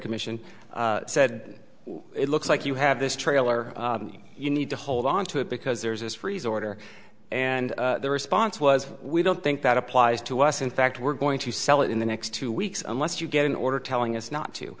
commission said it looks like you have this trailer you need to hold onto it because there's this freeze order and their response was we don't think that applies to us in fact we're going to sell it in the next two weeks unless you get an order telling us not to